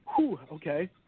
Okay